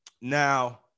Now